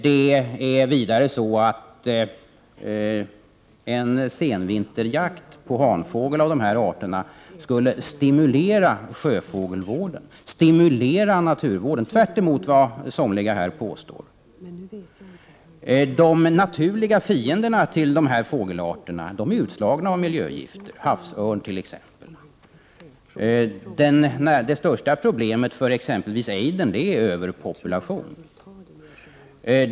Det är vidare så att en senvinterjakt på hanfågel av dessa arter skulle stimulera sjöfågelvården, stimulera naturvården, tvärtemot vad somliga här påstår. De naturliga fienderna till dessa fågelarter är utslagna av miljögifter, havsörn t.ex. Det största problemet för exempelvis ejder är överpopulation.